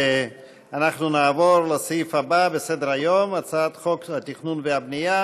אנחנו נעבור לסעיף הבא בסדר-היום: הצעת חוק התכנון והבנייה